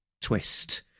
twist